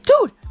Dude